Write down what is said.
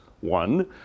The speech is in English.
one